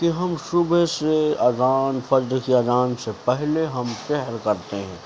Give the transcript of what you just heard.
کہ ہم صبح سے اذان فجر کی اذان سے پہلے ہم سحر کرتے ہیں